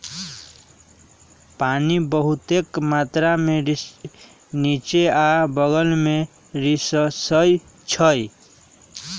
पानी बहुतेक मात्रा में निच्चे आ बगल में रिसअई छई